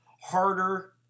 harder